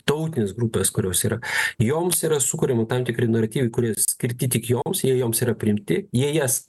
tautinės grupės kurios yra joms yra sukuriami tam tikri naratyvai kurie skirti tik joms jie joms yra priimti jie jas